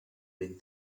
ben